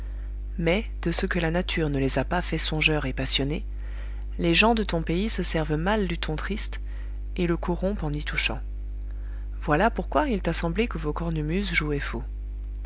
mais de ce que la nature ne les a pas faits songeurs et passionnés les gens de ton pays se servent mal du ton triste et le corrompent en y touchant voilà pourquoi il t'a semblé que vos cornemuses jouaient faux